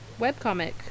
webcomic